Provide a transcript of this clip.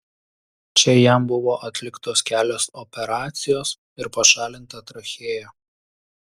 čia jam buvo atliktos kelios operacijos ir pašalinta trachėja